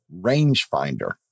rangefinder